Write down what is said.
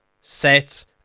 sets